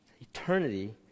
Eternity